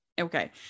Okay